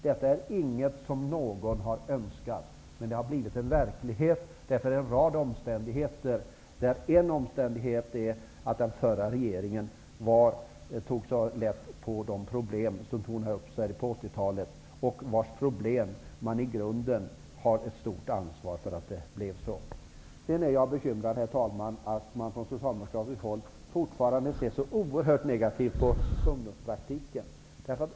Detta är inget som någon har önskat, men det har blivit en verklighet på grund av en rad omständigheter. En sådan omständighet var att den förra regeringen tog så lätt på de problem som tornade upp sig på 80-talet, problem vars uppkomst man i grunden har stort ansvar för. Jag är vidare bekymrad, herr talman, över att man i socialdemokratisk politik fortfarande ser så oerhört negativt på ungdomspraktiken.